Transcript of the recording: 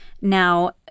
Now